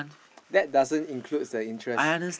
that doesn't includes the interest